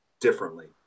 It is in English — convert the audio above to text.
differently